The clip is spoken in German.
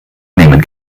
nehmen